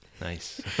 Nice